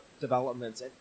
developments